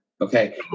Okay